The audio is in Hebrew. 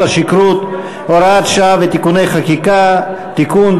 השכרות (הוראת שעה ותיקון חקיקה) (תיקון),